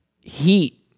heat